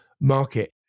market